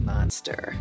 Monster